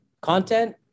Content